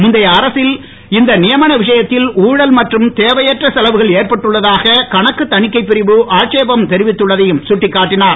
முந்தைய அரசில் இந்த நியமன விஷயத்தில் ஊழல் மற்றும் தேவையற்ற செலவுகள் ஏற்பட்டுள்ளதாக கணக்கு தணிக்கைப்பிரிவு ஆட்சேபம் தெரிவித்துள்ளதையும் சுட்டிக்காட்டினார்